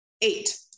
Eight